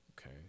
Okay